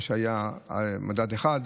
מה שהיה מדד 1,